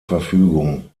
verfügung